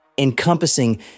Encompassing